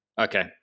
Okay